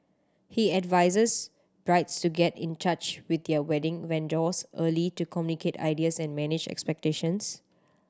he advises brides to get in touch with their wedding vendors early to communicate ideas and manage expectations